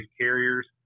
carriers